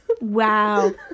Wow